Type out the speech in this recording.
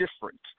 different